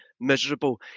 miserable